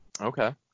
Okay